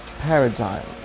paradigm